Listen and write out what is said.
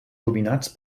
dominats